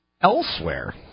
elsewhere